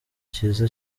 cyiza